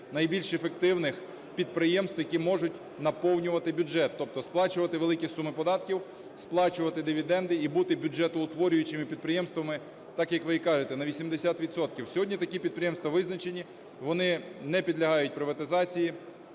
найбільш ефективних підприємств, які можуть наповнювати бюджет. Тобто сплачувати великі суми податків, сплачувати дивіденди і бути бюджетоутворюючими підприємствами, так, як ви і кажете, на 80 відсотків. Сьогодні такі підприємства визначені, вони не підлягають приватизації,